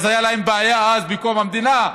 אז הייתה להם בעיה בקום המדינה,